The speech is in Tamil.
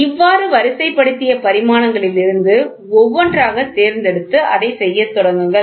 இவ்வாறு வரிசைப் படுத்திய பரிமாணங்களில் இருந்து ஒவ்வொன்றாக தேர்ந்தெடுத்து அதைச் செய்யத் தொடங்குங்கள்